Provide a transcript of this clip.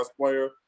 player